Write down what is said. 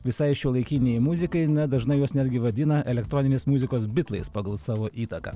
visai šiuolaikinei muzikai dažnai juos netgi vadina elektroninės muzikos bitlais pagal savo įtaką